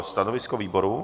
Stanovisko výboru?